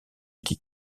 qui